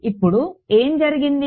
ఇప్పుడు ఏమి జరిగింది